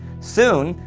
soon,